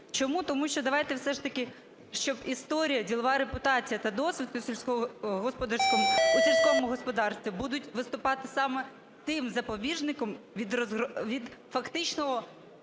Чому? Тому що давайте все ж таки, щоб історія, ділова репутація та досвід у сільському господарстві будуть виступати саме тим запобіжником від фактичного